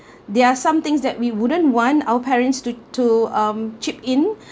there are some things that we wouldn't want our parents to to um chip in